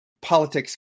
politics